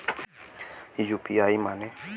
UPI माने?